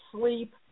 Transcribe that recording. sleep